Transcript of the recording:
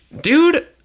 dude